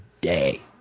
day